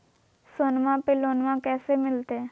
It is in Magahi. सोनमा पे लोनमा कैसे मिलते?